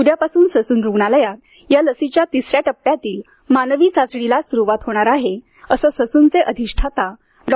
उद्यापासून पुण्यातील ससून रुग्णालयात या लसीची तिसऱ्या टप्प्यातील मानवी चाचणीस सुरुवात होणार आहे असं ससूनचे अधिष्ठता डॉ